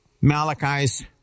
Malachi's